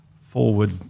forward-